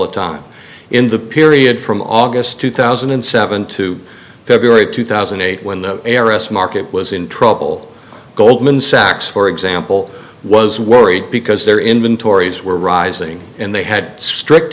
the time in the period from august two thousand and seven to february two thousand and eight when the heiress market was in trouble goldman sachs for example was worried because their inventories were rising and they had strict